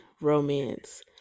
romance